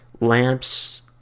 lamps